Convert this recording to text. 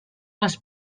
les